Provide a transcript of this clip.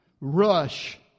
rush